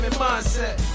mindset